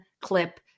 clip